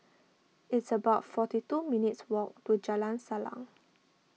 it's about forty two minutes' walk to Jalan Salang